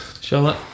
Charlotte